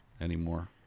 Anymore